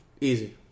Easy